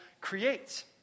creates